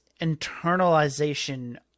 internalization